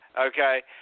okay